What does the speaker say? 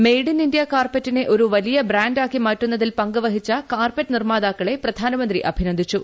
made in India കാർപ്പറ്റിനെ ഒരു വലിയ ബ്രാൻഡ് ആക്കി മാറ്റുന്നതിൽ പങ്ക് വഹിച്ച കാർപ്പറ്റ് നിർമ്മാതാക്കളെ പ്രധാനമന്ത്രി അഭിനന്ദിച്ചു